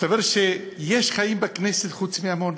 מסתבר שיש חיים בכנסת חוץ מעמונה.